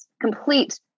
complete